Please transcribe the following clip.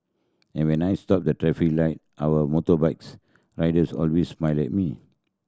and when I stopped the traffic light our motorbikes riders always smile at me